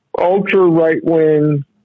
ultra-right-wing